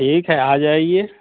ठीक है आ जाइए